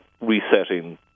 resetting